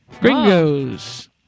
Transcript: Gringos